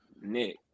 Nick